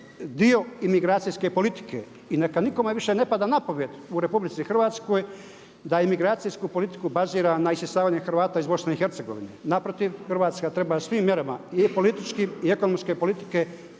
dio imigracijske politike. I neka nikome više ne pada na pamet u RH da imigracijsku politiku bazira na isisavanje Hrvata iz BiH. Naprotiv, Hrvatska treba svim mjerama i političkim i ekonomske politike